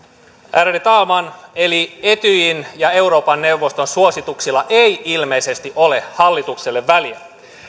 ärade talman eli etyjin ja euroopan neuvoston suosituksilla ei ilmeisesti ole hallitukselle väliä